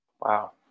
wow